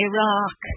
Iraq